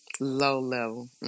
Low-level